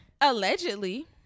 Allegedly